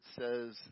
says